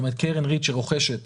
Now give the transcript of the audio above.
לקרן ריט שרוכשת